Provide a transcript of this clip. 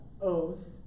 Oath